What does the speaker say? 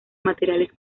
materiales